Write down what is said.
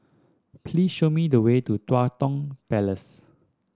please show me the way to Tua Kong Palace